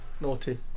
naughty